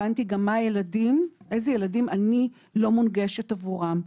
הבנתי גם איזה ילדים אני לא מונגשת עבורם.